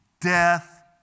death